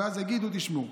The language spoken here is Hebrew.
ואז אמרו: תשמעו,